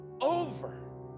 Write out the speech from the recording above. over